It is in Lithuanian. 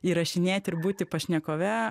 įrašinėti ir būti pašnekove